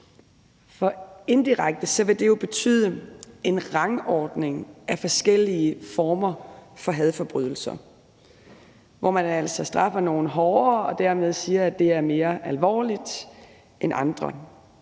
indirekte vil det jo betyde en rangordning af forskellige former for hadforbrydelser, hvor man altså straffer nogle hårdere og dermed siger, at de er mere alvorlige end andre.